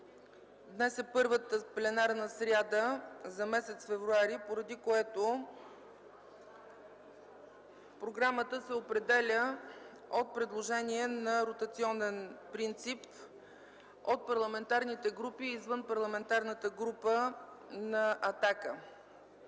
днес е първата пленарна сряда за месец февруари, поради което програмата се определя от предложения на ротационен принцип от парламентарните групи извън Парламентарната група на ГЕРБ.